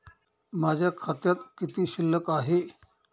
माझ्या खात्यात किती शिल्लक आहे?